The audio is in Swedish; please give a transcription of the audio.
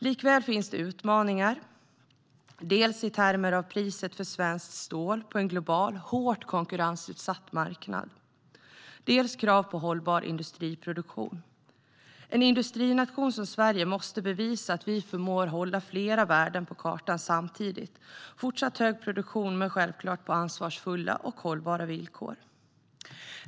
Likväl finns det utmaningar, dels i termer av priset på svenskt stål på en global och hårt konkurrensutsatt marknad, dels i termer av krav på en hållbar industriproduktion. En industrination som Sverige måste bevisa att vi förmår hålla flera värden på kartan samtidigt - en fortsatt hög produktion men självklart på ansvarsfulla och hållbara villkor.